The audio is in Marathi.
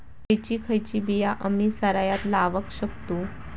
खयची खयची बिया आम्ही सरायत लावक शकतु?